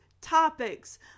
topics